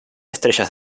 estrellas